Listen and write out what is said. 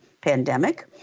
pandemic